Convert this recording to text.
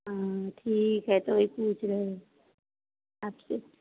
हाँ ठीक है तो वही पूछ रहे हैं आपसे